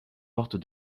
portes